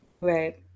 Right